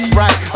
right